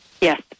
Yes